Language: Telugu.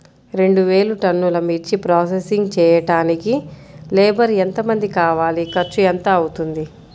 రెండు వేలు టన్నుల మిర్చి ప్రోసెసింగ్ చేయడానికి లేబర్ ఎంతమంది కావాలి, ఖర్చు ఎంత అవుతుంది?